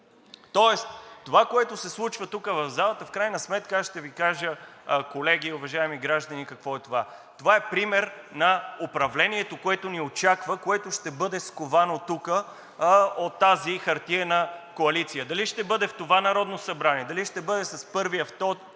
Тоест това, което се случва тук в залата, ще Ви кажа, колеги, уважаеми граждани, какво е това. Това е пример на управлението, което ни очаква, което ще бъде сковано тук от тази хартиена коалиция. Дали ще бъде в това Народно събрание, дали ще бъде с първия, втория